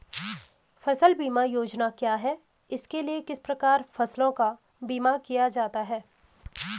फ़सल बीमा योजना क्या है इसके लिए किस प्रकार फसलों का बीमा किया जाता है?